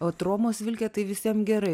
vat romos vilkė tai visiem gerai